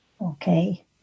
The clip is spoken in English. Okay